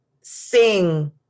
sing